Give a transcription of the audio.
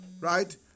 right